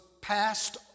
passed